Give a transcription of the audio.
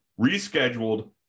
Rescheduled